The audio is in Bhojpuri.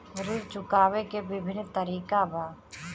ऋण चुकावे के विभिन्न तरीका का बा?